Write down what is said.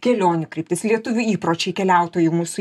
kelionių kryptys lietuvių įpročiai keliautojų mūsų